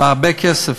הרבה כסף,